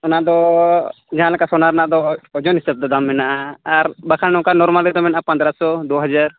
ᱚᱱᱟ ᱫᱚ ᱡᱟᱦᱟᱸ ᱞᱮᱠᱟ ᱥᱚᱱᱟ ᱨᱮᱱᱟᱜ ᱫᱚ ᱳᱡᱚᱱ ᱦᱤᱥᱟᱹᱵᱽᱛᱮ ᱫᱟᱢ ᱢᱮᱱᱟᱜᱼᱟ ᱟᱨ ᱵᱟᱠᱷᱟᱱ ᱱᱚᱠᱟᱱ ᱱᱚᱨᱢᱟᱞᱤ ᱫᱚ ᱢᱮᱱᱟᱜᱼᱟ ᱯᱚᱱᱮᱨᱚ ᱥᱚ ᱫᱩ ᱦᱟᱡᱟᱨ